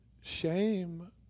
Shame